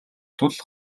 тул